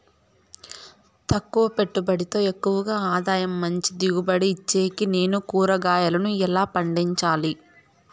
తక్కువ పెట్టుబడితో ఎక్కువగా ఆదాయం మంచి దిగుబడి ఇచ్చేకి నేను కూరగాయలను ఎలా పండించాలి?